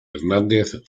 hernández